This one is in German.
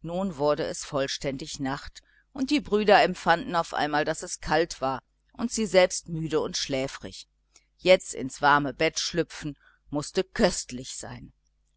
nun wurde es vollständig nacht und die brüder empfanden auf einmal daß es kalt war und sie selbst müd und schläfrig jetzt ins warme bett zu schlüpfen mußte köstlich sein